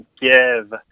give